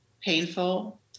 painful